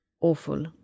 awful